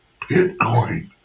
Bitcoin